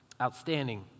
outstanding